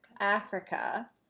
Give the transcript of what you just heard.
africa